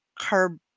carb